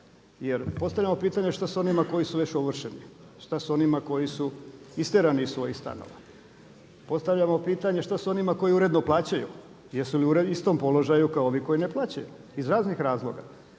Jer postavljamo pitanje što je sa onima koji su već ovršeni, šta sa onima koji su istjerani iz svojih stanova. Postavljamo pitanje što sa onima koji uredno plaćaju, jesu li u istom položaju kao i ovi koji ne plaćaju, iz raznih razloga?